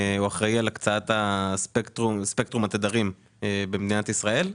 הקצאת ספקטרום התדרים במדינת ישראל.